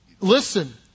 listen